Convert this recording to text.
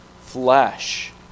flesh